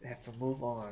we have to move on